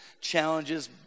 challenges